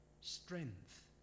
strength